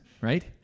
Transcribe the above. Right